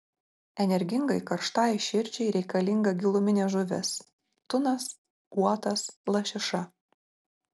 energingai karštai širdžiai reikalinga giluminė žuvis tunas uotas lašiša